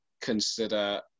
consider